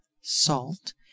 salt